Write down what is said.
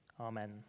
Amen